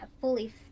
fully